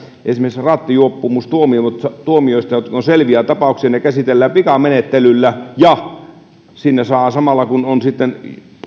esimerkiksi rattijuopumustuomiot jotka ovat selviä tapauksia käsitellään pikamenettelyllä ja samalla kun on